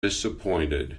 disappointed